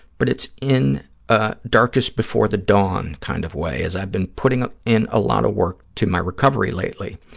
but it's in a darkest-before-the-dawn kind of way, as i've been putting in a lot of work to my recovery lately.